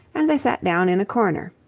and they sat down in a corner.